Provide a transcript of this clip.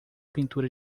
pintura